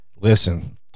listen